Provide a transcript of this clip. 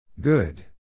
Good